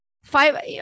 Five